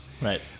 Right